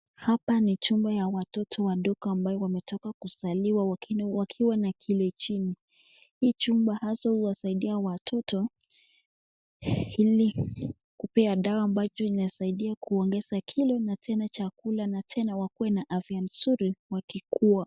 Hapa ni chumba ya watoto wadogo ambayo wametoka kuzaliwa wakiwa na kilo chini. Hii chumba hasa huwasaidia watoto ili kupea dawa ambacho inasaidia kuongeza kilo na tena chakula na tena wakuwe na afya nzuri wakikua.